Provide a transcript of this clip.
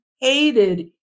hated